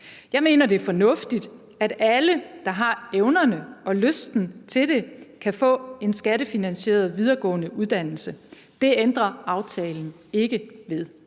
Jeg mener, det er fornuftigt, at alle, der har evnerne og lysten til det, kan få en skattefinansieret videregående uddannelse. Det ændrer aftalen ikke ved.